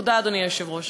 תודה, אדוני היושב-ראש.